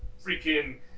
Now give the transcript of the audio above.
freaking